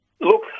Look